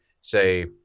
say